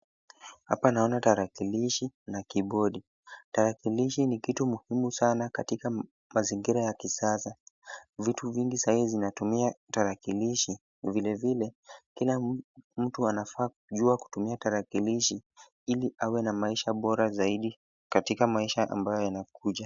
Hapa naona tarakilishi na kibodi. Tarakilishi ni kitu muhimu sana katika mazingira ya kisasa. Vitu vingi sahii vinatumia tarakilishi vile vile Lila mtu anafaa kujua kutumia tarakilishi ili awe na maisha bora zaidi katika maisha ambayo yanakuja.